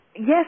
Yes